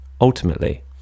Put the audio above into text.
ultimately